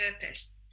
purpose